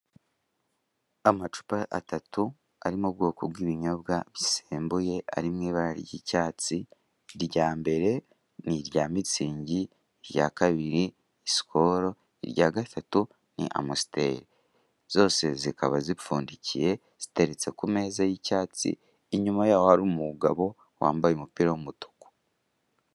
Amacupa atatatu arimo ibinyobwa bisembuye ari mu ibara ry'icyatsi irya mbere ni irya mitsingi, irya kabira ni sikolo irya gatatu ni amusiteri zose zikaba zipfundikiye ziteretse ku meza y'icyatsi inyuma yaho hari umugabo wambaye umupira w'umutuku.